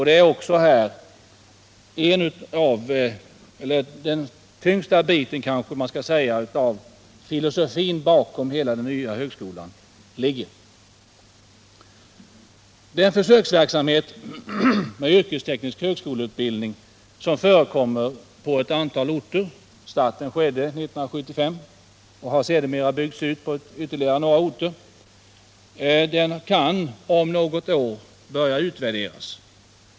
Det är, kan man kanske säga, där den tyngsta biten av filosofin bakom hela den nya högskolan ligger. Den försöksverksamhet med yrkesteknisk högskoleutbildning som förekommer på ett antal orter — starten skedde 1975 och verksamheten har sedermera byggts ut — kan nu börja utvärderas.